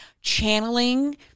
channeling